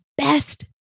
best